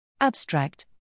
Abstract